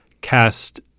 cast –